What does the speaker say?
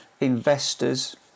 investors